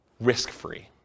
risk-free